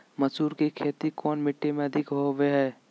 मसूर की खेती कौन मिट्टी में अधीक होबो हाय?